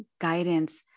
guidance